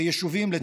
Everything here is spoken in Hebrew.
לצערי.